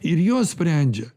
ir jos sprendžia